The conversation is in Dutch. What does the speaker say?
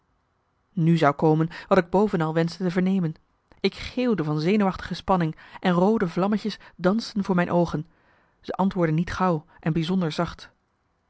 nu zou komen wat ik bovenal wenschte te vernemen ik geeuwde van zenuwachtige spanning en roode vlammetjes dansten voor mijn oogen ze antwoordde niet gauw en bijzonder zacht